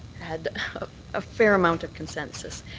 had a fair amount of consensus.